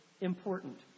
important